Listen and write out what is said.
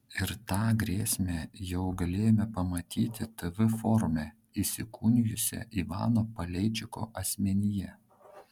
ir tą grėsmę jau galėjome pamatyti tv forume įsikūnijusią ivano paleičiko asmenyje